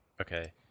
Okay